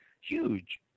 huge